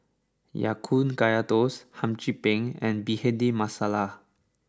Ya Kun Kaya Toast Hum Chim Peng and Bhindi Masala